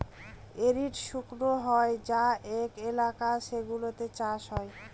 arid শুকনো হয়ে যায় যে এলাকা সেগুলোতে চাষ হয়